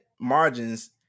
margins